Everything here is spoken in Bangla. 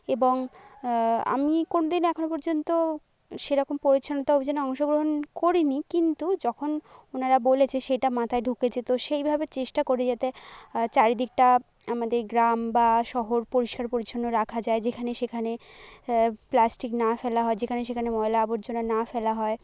এবং আমি কোন দিন এখনও পর্যন্ত সে রকম পরিছন্নতা অভিযানে অংশগ্রহণ করিনি কিন্তু যখন ওনারা বলেছে সেটা মাথায় ঢুকেছে তো সেইভাবে চেষ্টা করি যাতে চারিদিকটা আমাদের গ্রাম বা শহর পরিষ্কার পরিছন্ন রাখা যায় যেখানে সেখানে প্লাস্টিক না ফেলা হয় যেখানে সেখানে ময়লা আবর্জনা না ফেলা হয়